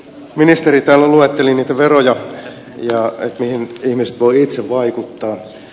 ministeri täällä luetteli niitä veroja joihin ihmiset voivat itse vaikuttaa